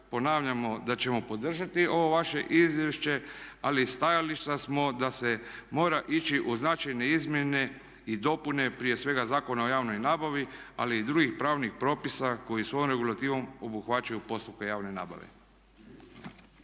ponavljamo da ćemo podržati ovo vaše izvješće, ali stajališta smo da se mora ići u značajne izmjene i dopune prije svega Zakona o javnoj nabavi ali i drugih pravnih propisa koji svojom regulativom obuhvaćaju postupke javne nabave.